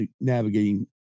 navigating